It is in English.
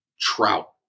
trout